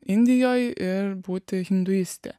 indijoje ir būti hinduiste